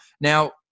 now